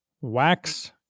Wax